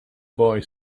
boy